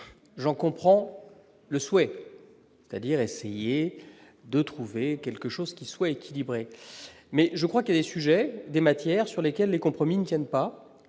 j'en comprends le souhait, c'est-à-dire essayer de trouver quelque chose qui soit équilibré, mais je crois que des sujets des matières sur lesquelles les compromis ne tiennent pas